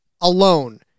alone